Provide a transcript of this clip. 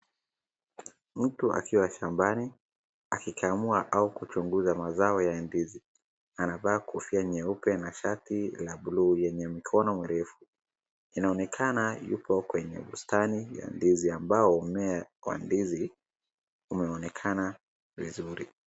Mtu akiwa shambani akikagua au kuchunguza mazao ya ndizi, anavaa kofia nyeupe na shati la buluu lenye mikono refu, inaonekana yupo kwenye bustani ya ndizi ambao mmea wa ndizi unaonekana vizuri.